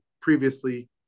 previously